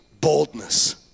boldness